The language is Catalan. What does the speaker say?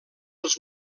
els